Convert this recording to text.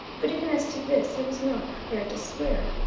but even as to this he was not prepared to swear.